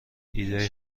ایده